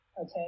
Okay